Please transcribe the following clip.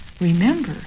remember